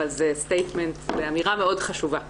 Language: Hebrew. אבל זו אמירה מאוד חשובה,